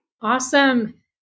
Awesome